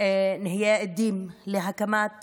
נהיה עדים להקמת